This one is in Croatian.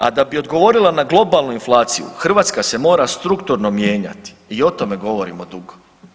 A da bi odgovorila na globalnu inflaciju Hrvatska se mora strukturno mijenjati i o tome govorimo dugo.